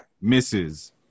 Misses